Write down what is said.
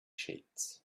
sheets